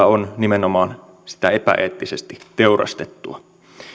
on nimenomaan sitä epäeettisesti teurastettua